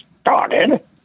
started